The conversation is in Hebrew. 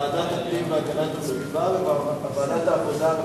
ועדת הפנים והגנת הסביבה לוועדת העבודה,